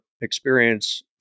experience